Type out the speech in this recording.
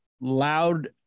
loud